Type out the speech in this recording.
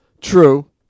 True